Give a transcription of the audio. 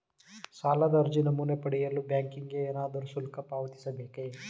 ಸಾಲದ ಅರ್ಜಿ ನಮೂನೆ ಪಡೆಯಲು ಬ್ಯಾಂಕಿಗೆ ಏನಾದರೂ ಶುಲ್ಕ ಪಾವತಿಸಬೇಕೇ?